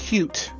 Cute